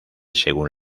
según